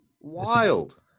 Wild